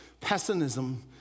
pessimism